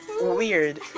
weird